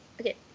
okay